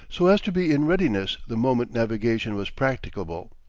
so as to be in readiness the moment navigation was practicable.